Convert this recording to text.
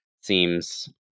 seems